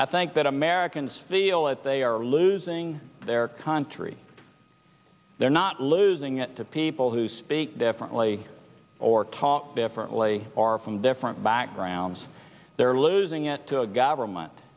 i think that americans the all that they are losing their country they're not losing it to people who speak differently or talk differently or from different backgrounds they're losing it to a government